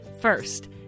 First